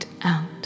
out